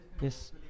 Yes